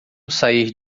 sair